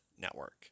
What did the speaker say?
network